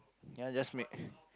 ya just make